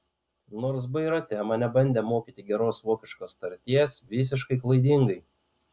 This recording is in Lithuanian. nors bairoite mane bandė mokyti geros vokiškos tarties visiškai klaidingai